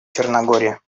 черногории